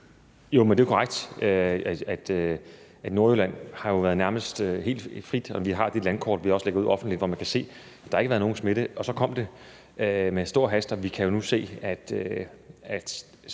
Det er korrekt. Nordjylland har jo været nærmest helt smittefrit, og vi har det landkort, vi også lægger ud offentligt, hvor man kan se, at der ikke har været nogen smitte. Og så kom det med stor hast, og vi kan jo nu se, at